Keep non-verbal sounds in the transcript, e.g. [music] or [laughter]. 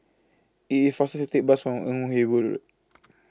IT IS faster to Take The Bus on Ewe Boon Road [noise]